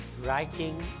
writing